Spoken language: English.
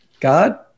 God